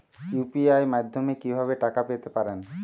UPI মাধ্যমে কি ভাবে টাকা পেতে পারেন?